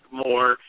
more